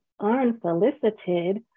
unsolicited